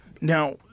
Now